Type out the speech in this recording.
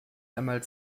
einmal